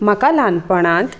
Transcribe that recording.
म्हाका ल्हानपणांत